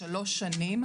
של שלוש שנים,